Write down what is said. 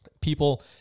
people